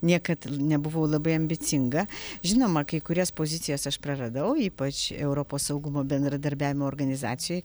niekad nebuvau labai ambicinga žinoma kai kurias pozicijas aš praradau ypač europos saugumo bendradarbiavimo organizacijoj